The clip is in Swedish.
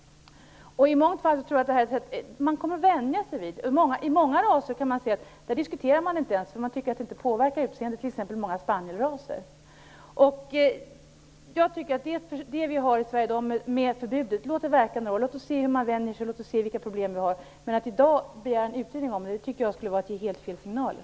I många fall tror jag att det här är något man kommer att vänja sig vid. För många raser diskuterar man inte ens det här, eftersom man inte tycker att det påverkar utseendet. Det gäller t.ex. många spanielraser. Vi har i dag ett förbud i Sverige. Låt det verka några år! Låt oss se hur man vänjer sig, och låt oss se vilka problem vi har. Att i dag begära en utredning om det här tycker jag skulle vara att ge helt fel signaler.